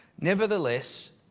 nevertheless